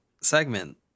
segment